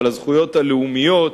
אלא הזכויות הלאומיות,